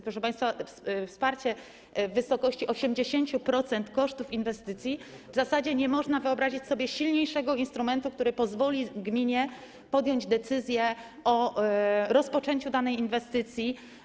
Proszę państwa, wsparcie w wysokości 80% kosztów inwestycji - w zasadzie nie można wyobrazić sobie silniejszego instrumentu, który pozwoli gminie podjąć decyzję o rozpoczęciu danej inwestycji.